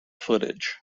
footage